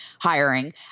hiring